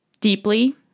deeply